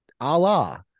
Allah